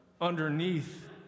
underneath